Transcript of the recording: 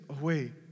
away